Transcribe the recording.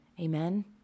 Amen